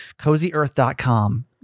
CozyEarth.com